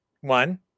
one